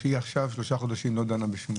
או שהיא עכשיו שלושה חודשים לא דנה בשום דבר?